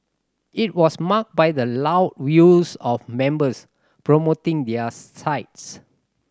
it was marked by the loud views of members promoting their sides